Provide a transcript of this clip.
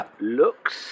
looks